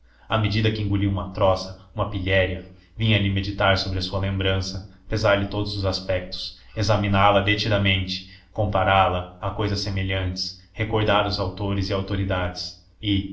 à medida que engolia uma troça uma pilhéria vinha-lhe meditar sobre a sua lembrança pesar lhe todos os aspectos examiná-la detidamente compará la a cousas semelhantes recordar os autores e autoridades e